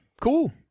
cool